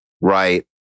right